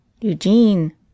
Eugene